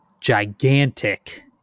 gigantic